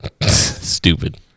Stupid